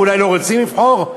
ואולי לא רוצים לבחור,